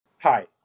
Hi